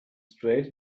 straight